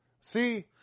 see